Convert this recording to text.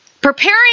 Preparing